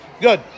Good